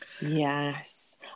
Yes